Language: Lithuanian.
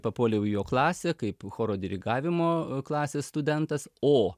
papuoliau į jo klasę kaip choro dirigavimo klasės studentas o